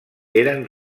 eren